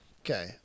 Okay